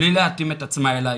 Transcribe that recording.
בלי להתאים את עצמה אלי,